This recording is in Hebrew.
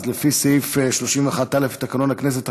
לפי סעיף 31(א) לתקנון הכנסת,